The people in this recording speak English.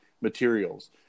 materials